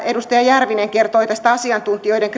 edustaja järvinen kertoi tämä asiantuntijoiden